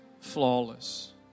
flawless